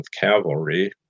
Cavalry